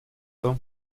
том